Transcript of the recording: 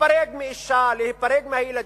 להיפרד מאשה, להיפרד מהילדים,